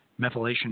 methylation